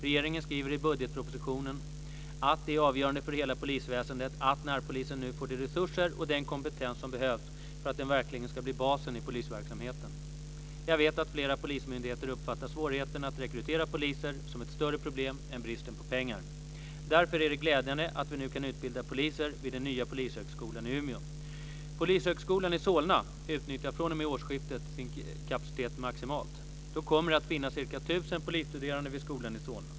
Regeringen skriver i budgetpropositionen att det är avgörande för hela polisväsendet att närpolisen nu får de resurser och den kompetens som behövs för att den verkligen ska bli basen i polisverksamheten. Jag vet att flera polismyndigheter uppfattar svårigheten att rekrytera poliser som ett större problem än bristen på pengar. Därför är det glädjande att vi nu kan utbilda poliser vid den nya polisskolan i Umeå. Polishögskolan i Solna utnyttjar fr.o.m. årsskiftet sin kapacitet maximalt. Då kommer det att finnas ca 1 000 polisstuderande vid skolan i Solna.